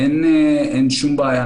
אין שום בעיה,